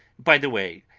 by the way,